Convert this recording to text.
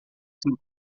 cinco